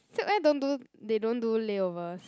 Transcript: SilkAir don't do they don't do layovers